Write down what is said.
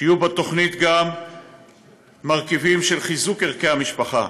שיהיו בתוכנית גם מרכיבים של חיזוק ערכי המשפחה,